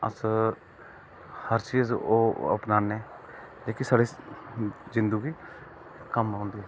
अस हर चीज ओह् अपनाने जेहकी साढ़े जिंदू गी कम्म औंदी